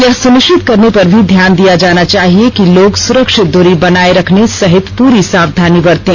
यह सुनिश्चित करने पर भी ध्यान दिया जाना चाहिए कि लोग सुरक्षित दूरी बनाए रखने सहित पूरी सावधानी बरतें